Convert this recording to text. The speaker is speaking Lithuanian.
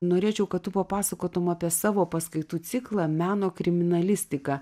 norėčiau kad tu papasakotum apie savo paskaitų ciklą meno kriminalistika